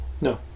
No